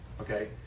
okay